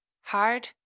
Hard